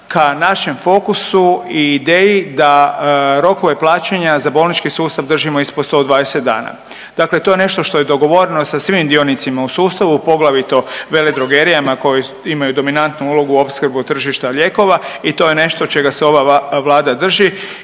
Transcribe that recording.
ka našem fokusu i ideji da rokove plaćanja za bolnički sustav držimo ispod 120 dana. Dakle, to je nešto što je dogovoreno sa svim dionicima u sustavu poglavito veledrogerijama koji imaju dominantnu ulogu u opskrbi tržišta lijekova i to je nešto čega se ova Vlada drži